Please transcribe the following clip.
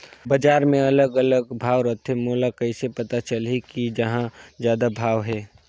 बजार मे अलग अलग भाव रथे, मोला कइसे पता चलही कि कहां जादा भाव हे?